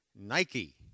Nike